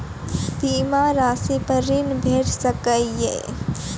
बीमा रासि पर ॠण भेट सकै ये?